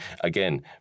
again